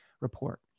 report